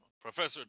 Professor